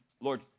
Lord